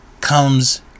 comes